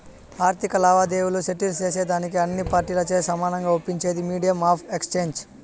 ఆర్థిక లావాదేవీలు సెటిల్ సేసేదానికి అన్ని పార్టీలచే సమానంగా ఒప్పించేదే మీడియం ఆఫ్ ఎక్స్చేంజ్